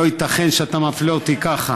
לא ייתכן שאתה מפלה אותי ככה.